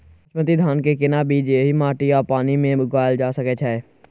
बासमती धान के केना बीज एहि माटी आ पानी मे उगायल जा सकै छै?